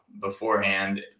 beforehand